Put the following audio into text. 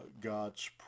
God's